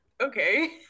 Okay